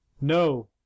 no